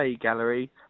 Gallery